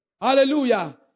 Hallelujah